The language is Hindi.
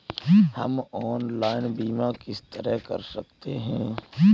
हम ऑनलाइन बीमा किस तरह कर सकते हैं?